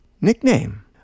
nickname